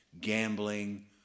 gambling